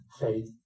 faith